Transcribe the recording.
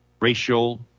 racial